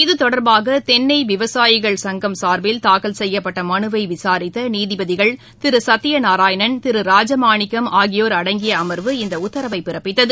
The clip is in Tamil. இதுதொடர்பாக தென்னை விவசாயிகள் சங்கம் சார்பில் தாக்கல் செய்யப்பட்ட மனுவை விசாரித்த நீதிபதிகள் திரு சத்தியநாராயணன் திரு ராஜமாணிக்கம் ஆகியோர் அடங்கிய அமர்வு இந்த உத்தரவை பிறப்பித்தது